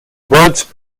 words